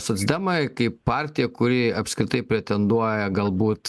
socdemai kaip partija kuri apskritai pretenduoja galbūt